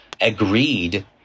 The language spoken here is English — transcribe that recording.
agreed